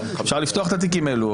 אפשר לפתוח את התיקים האלה,